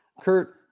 Kurt